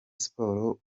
sports